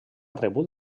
rebut